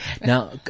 Now